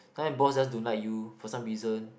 sometimes boss just don't like you for some reason